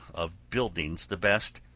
of buildings the best,